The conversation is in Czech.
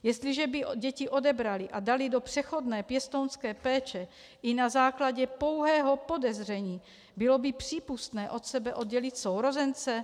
Jestliže by děti odebraly a daly do přechodné pěstounské péče i na základě pouhého podezření, bylo by přípustné od sebe oddělit sourozence?